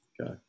Okay